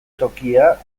tokia